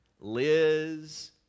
Liz